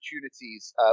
opportunities